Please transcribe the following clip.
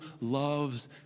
loves